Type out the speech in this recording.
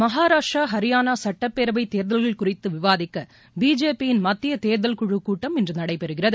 மகாராஷ்ட்ரா ஹரியானா சட்டப்பேரவை தேர்தல்கள் குறித்து விவாதிக்க பிஜேபியின் மத்திய தேர்தல் குழு கூட்டம் இன்று நடைபெறுகிறது